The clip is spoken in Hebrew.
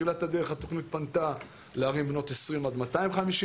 יו"ר הוועדה מכירה היטב מתפקידה בעיריית תל אביב.